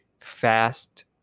fast